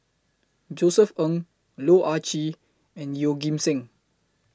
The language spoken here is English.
Josef Ng Loh Ah Chee and Yeoh Ghim Seng